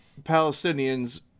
Palestinians